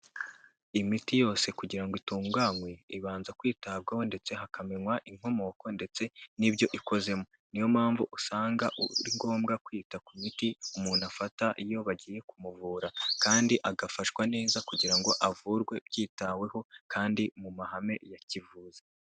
Imiti yose kugira ngo itunganywe, ibanza kwitabwaho ndetse hakamenywa inkomoko ndetse n'ibyo ikozemu, niyo mpamvu usanga ari ngombwa kwita ku miti umuntu afata iyo bagiye kumuvura kandi agafashwa neza kugira ngo avurwe byitaweho kandi mu mahame ya kivuzi.